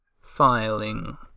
Filing